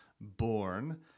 born